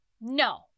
No